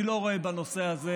אני לא רואה בנושא הזה,